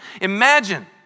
Imagine